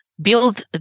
Build